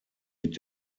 mit